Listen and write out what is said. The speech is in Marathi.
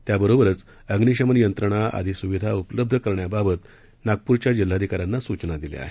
त्याबरोबरच अम्निशमन यंत्रणा आदी सुविधा उपलब्ध करण्याबाबत नागपूरच्या जिल्हाधिकाऱ्यांना सूचना दिल्या आहेत